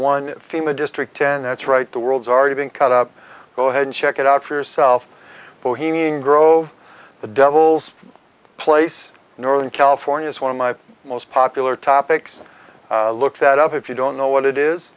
one theme the district ten that's right the world's already been cut up go ahead and check it out for yourself bohemian grove the devil's place northern california is one of my most popular topics look that up if you don't know what it is